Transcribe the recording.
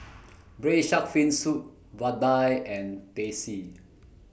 Braised Shark Fin Soup Vadai and Teh C